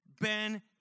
Ben